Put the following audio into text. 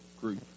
group